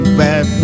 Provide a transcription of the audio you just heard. bad